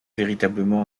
véritablement